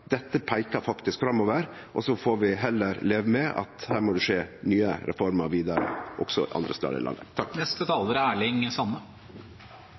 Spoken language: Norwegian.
Dette peikar faktisk framover, og så får vi heller leve med at her må det skje nye reformer vidare også andre stader